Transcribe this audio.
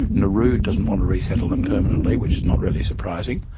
nauru doesn't want to resettle them permanently, which is not really surprising.